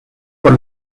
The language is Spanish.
por